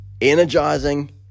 energizing